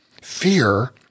fear